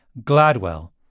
GLADWELL